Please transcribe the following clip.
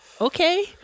okay